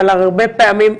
אבל הרבה פעמים,